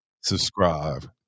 subscribe